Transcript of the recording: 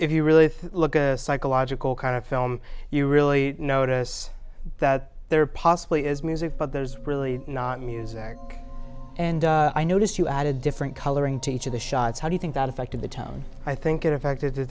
if you really look at a psychological kind of film you really notice that there possibly is music but there's really not music and i noticed you added different coloring to each of the shots how do you think that affected the tone i think it affected the